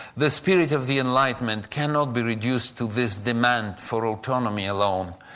the spirit of the enlightenment cannot be reduced to this demand for autonomy alone,